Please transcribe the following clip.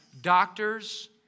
doctors